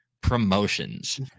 promotions